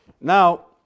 Now